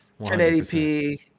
1080p